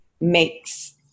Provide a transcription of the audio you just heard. makes